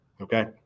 Okay